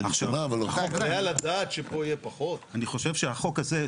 אני חושב שהחוק הזה,